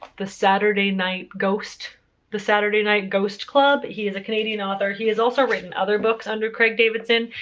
the saturday night ghost the saturday night ghost club. he is a canadian author. he has also written other books under craig davidson.